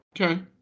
Okay